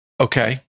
Okay